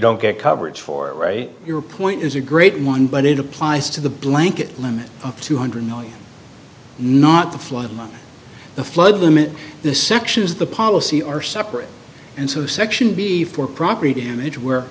don't get coverage for it right your point is a great one but it applies to the blanket limit of two hundred million not the flood and not the flood limit the sections the policy are separate and so section before property damage where